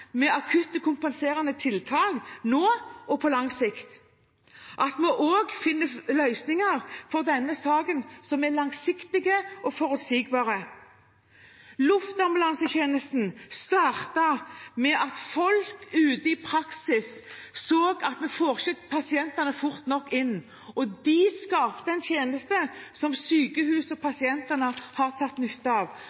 med akutte kompenserende tiltak, nå og på lang sikt – at vi også finner løsninger for denne saken som er langsiktige og forutsigbare. Luftambulansetjenesten startet med at folk ute i praksis så at man ikke fikk pasientene fort nok inn, og de skapte en tjeneste som sykehusene og